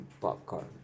popcorn